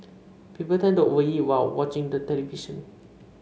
people tend to over eat while watching the television